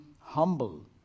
humble